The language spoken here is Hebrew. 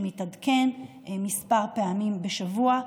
שמתעדכן כמה פעמים בשבוע.